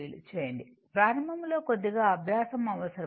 చేయండి ప్రారంభంలో కొద్దిగా అభ్యాసం అవసరం